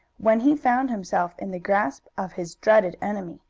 when he found himself in the grasp of his dreaded enemy,